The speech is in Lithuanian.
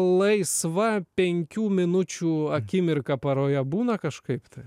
laisva penkių minučių akimirka paroje būna kažkaip tai